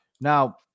Now –